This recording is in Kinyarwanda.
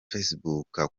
facebook